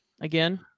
again